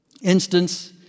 instance